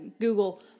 Google